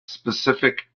specific